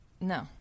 no